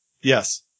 Yes